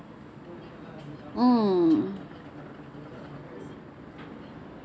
mm